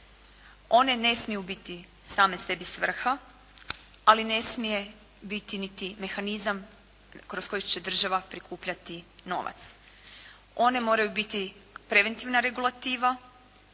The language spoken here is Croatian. One ne smiju biti same sebi svrha, ali ne smije biti niti mehanizam kroz koji će država prikupljati novac. One moraju biti preventivna regulativa.